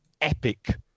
epic